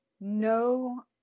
no